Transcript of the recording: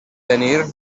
tenir